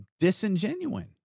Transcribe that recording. disingenuine